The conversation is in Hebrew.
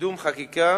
קידום חקיקה,